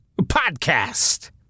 podcast